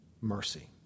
mercy